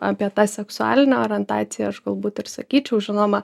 apie tą seksualinę orientaciją aš galbūt ir sakyčiau žinoma